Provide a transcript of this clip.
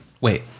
Wait